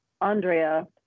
Andrea